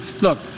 Look